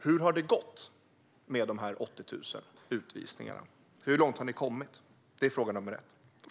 Hur har det gått med de här 80 000 utvisningarna? Hur långt har ni kommit? Det är fråga nr 1.